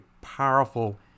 powerful